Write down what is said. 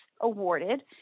awarded